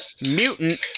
mutant